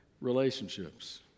relationships